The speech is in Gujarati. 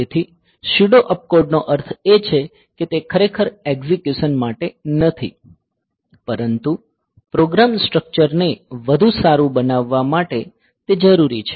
તેથી સ્યુડો અપકોડ્સનો અર્થ એ છે કે તે ખરેખર એક્ઝિક્યુશન માટે નથી પરંતુ પ્રોગ્રામ સ્ટ્રક્ચર ને વધુ સારું બનાવવા માટે તે જરૂરી છે